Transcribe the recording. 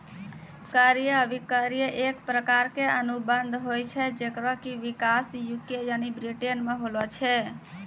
क्रय अभिक्रय एक प्रकारो के अनुबंध होय छै जेकरो कि विकास यू.के यानि ब्रिटेनो मे होलो छै